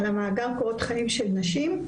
על המאגר קורות חיים של נשים.